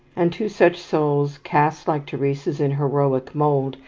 and to such souls, cast like teresa's in heroic mould,